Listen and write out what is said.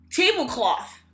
Tablecloth